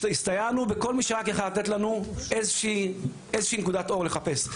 הסתייענו בכל רק מי שרק היה יכול לתת לנו איזו שהיא נקודת אור לחפש.